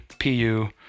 PU